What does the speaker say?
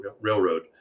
Railroad